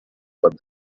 but